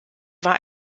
war